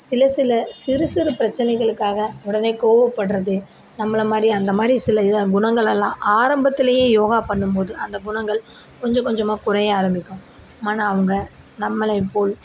சில சில சிறு சிறு பிரச்சனைகளுக்காக உடனே கோவப்படுறது நம்மள மாதிரி அந்த மாதிரி சில இதே குணங்களெல்லாம் ஆரம்பத்திலேயே யோகா பண்ணும் போது அந்த குணங்கள் கொஞ்சம் கொஞ்சமாக குறைய ஆரம்பிக்கும் ஆனால் அவங்க நம்மளைப்போல்